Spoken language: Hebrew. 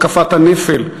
התקפת הנפל,